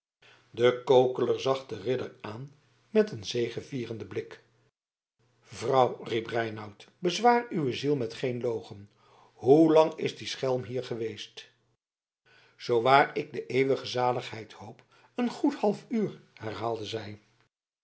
de kokeler zag den ridder aan met een zegevierenden blik vrouw riep reinout bezwaar uwe ziel met geen logen hoe lang is die schelm hier geweest zoowaar ik de eeuwige zaligheid hoop een goed half uur herhaalde zij